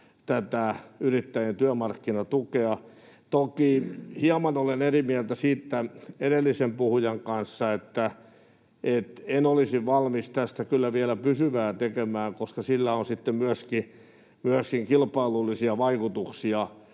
tätä yrittäjien työmarkkinatukea. Toki hieman olen eri mieltä siitä edellisen puhujan kanssa, että en olisi valmis tästä kyllä vielä pysyvää tekemään, koska sillä on sitten myöskin kilpailullisia vaikutuksia